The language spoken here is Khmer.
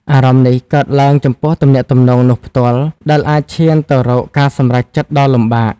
អារម្មណ៍នេះកើតឡើងចំពោះទំនាក់ទំនងនោះផ្ទាល់ ដែលអាចឈានទៅរកការសម្រេចចិត្តដ៏លំបាក។